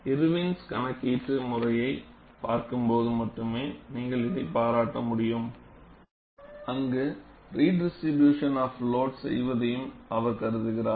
இர்வின்Irwins கணக்கீட்டு முறையைப் பார்க்கும்போது மட்டுமே நீங்கள் இதைப் பாராட்ட முடியும் அங்கு ரினிடிஸ்ட்ரிபியூஷன் ஆப் லோடு செய்வதையும் அவர் கருதுகிறார்